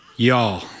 Y'all